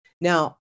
Now